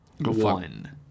one